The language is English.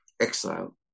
exile